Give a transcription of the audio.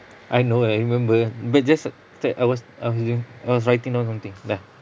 I know I remember but just I was I was doing I was writing down something dah